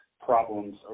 problems